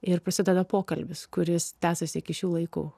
ir prasideda pokalbis kuris tęsiasi iki šių laikų